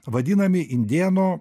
vadinami indėno